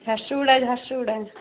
Jharsuguda Jharsuguda